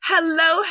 Hello